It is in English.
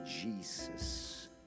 Jesus